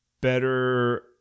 better